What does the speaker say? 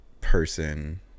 person